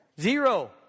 Zero